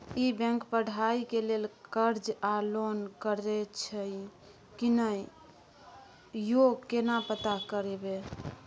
ई bank पढ़ाई के लेल कर्ज आ लोन करैछई की नय, यो केना पता करबै?